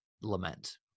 lament